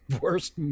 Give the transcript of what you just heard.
worst